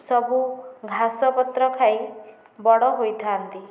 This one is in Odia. ସବୁ ଘାସପତ୍ର ଖାଇ ବଡ଼ ହୋଇଥାଆନ୍ତି